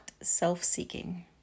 self-seeking